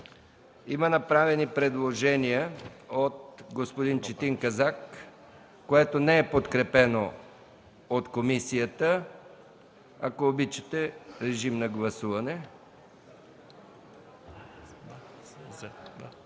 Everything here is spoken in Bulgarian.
Има направено предложение от господин Четин Казак, което не е подкрепено от комисията. Ако обичате, режим на гласуване.